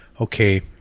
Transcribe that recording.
Okay